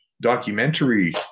documentary